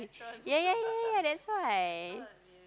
yeah yeah yeah yeah yeah yeah that's why